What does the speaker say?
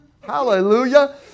hallelujah